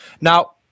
Now